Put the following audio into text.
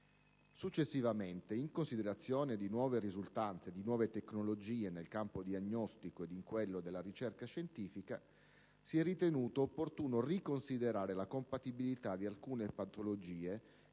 Successivamente, in considerazione di nuove risultanze e nuove tecnologie nel campo diagnostico e in quello della ricerca scientifica, si è ritenuto opportuno riconsiderare la compatibilità di alcune patologie